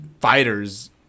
fighters